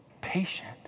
patient